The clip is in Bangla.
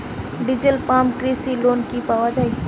ডিজেল পাম্প কৃষি লোনে কি পাওয়া য়ায়?